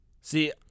See